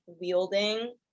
wielding